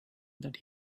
that